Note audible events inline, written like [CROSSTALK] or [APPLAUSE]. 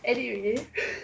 anyway [BREATH]